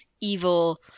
evil